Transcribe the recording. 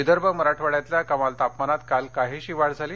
विदर्भ मराठवाड्यातल्या कमाल तापमानात काल काहीशी वाढ झाली